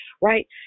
right